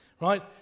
right